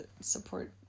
support